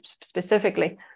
specifically